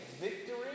victory